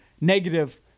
negative